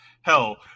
hell